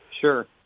Sure